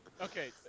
Okay